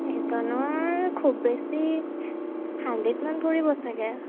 এজনৰ খুব বেছি হাণ্ড্ৰেডমান পৰিব চাগৈ